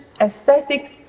aesthetics